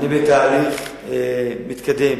אני בתהליך מתקדם